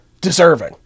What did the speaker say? deserving